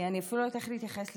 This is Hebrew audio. אני אפילו לא יודעת איך להתייחס לזה.